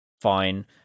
fine